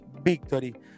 victory